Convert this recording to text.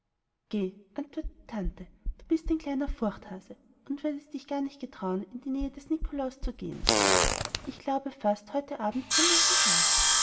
antwortete die tante du bist ein kleiner furchthase und würdest dich gar nicht getrauen in die nähe des nikolaus zu gehen ich glaube fast heute abend kommt er hierher